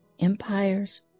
empires